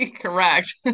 Correct